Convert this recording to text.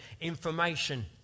information